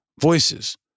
voices